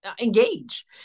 engage